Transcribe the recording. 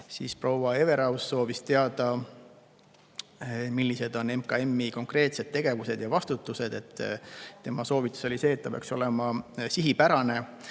ära. Proua Everaus soovis teada, millised on MKM-i konkreetsed tegevused ja vastutus. Tema soovitus oli, et see tegevus peaks olema sihipärane